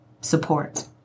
support